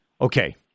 Okay